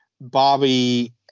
Bobby